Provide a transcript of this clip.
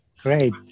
Great